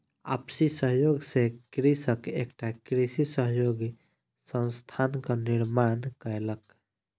आपसी सहयोग सॅ कृषक एकटा कृषि सहयोगी संस्थानक निर्माण कयलक